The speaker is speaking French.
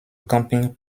camping